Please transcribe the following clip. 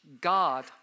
god